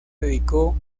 dedicó